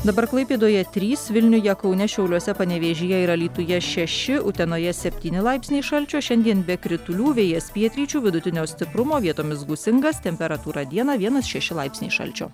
dabar klaipėdoje trys vilniuje kaune šiauliuose panevėžyje ir alytuje šeši utenoje septyni laipsniai šalčio šiandien be kritulių vėjas pietryčių vidutinio stiprumo vietomis gūsingas temperatūra dieną vienas šeši laipsniai šalčio